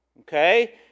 okay